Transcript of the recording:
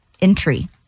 entry